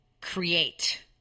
create